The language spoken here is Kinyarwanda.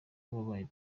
wabaye